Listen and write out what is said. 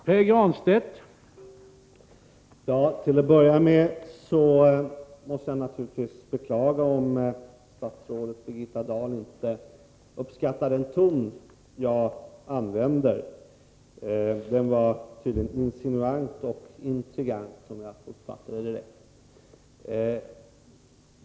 Nr 65 Herr talman! Till att börja med måste jag naturligtvis beklaga att statsrådet Måndagen den Birgitta Dahl inte uppskattar den ton jag använder. Den var tydligen 23 januari 1984 insinuant och intrigant, om jag uppfattade det rätt.